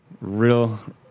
Real